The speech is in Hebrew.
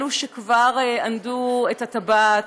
שכבר ענדו את הטבעת,